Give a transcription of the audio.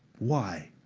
why?